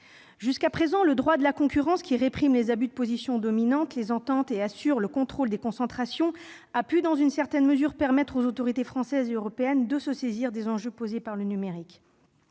Jusqu'à présent, le droit de la concurrence, qui réprime les abus de position dominante, les ententes, et assure le contrôle des concentrations, a pu dans une certaine mesure permettre aux autorités françaises et européennes de se saisir des enjeux relatifs au numérique.